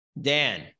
Dan